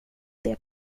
det